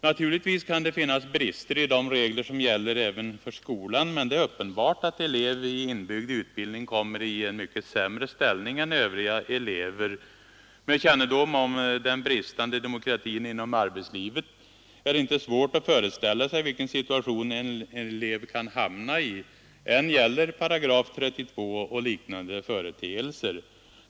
Naturligtvis kan det finnas många brister i de regler som gäller även för skolan, men det är uppenbart att elev i inbyggd utbildning kommer i en mycket sämre ställning än övriga elever. Med kännedom om den bristande demokratin inom arbetslivet är det inte svårt att föreställa sig vilken situation en elev kan hamna i. Än gäller § 32 och liknande företeelser.